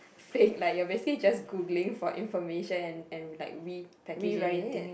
Faith like you're basically just Googling for information and and like repackaging it